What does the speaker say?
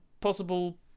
possible